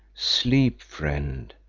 sleep, friend,